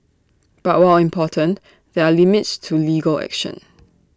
but while important there are limits to legal action